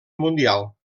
mundial